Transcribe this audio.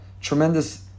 tremendous